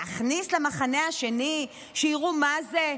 להכניס למחנה השני, שיראו מה זה?